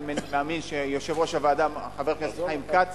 אני מאמין שיושב-ראש הוועדה חבר הכנסת חיים כץ